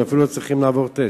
הם אפילו לא צריכים לעבור טסט.